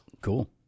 cool